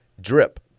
Drip